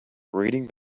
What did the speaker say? reading